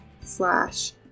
slash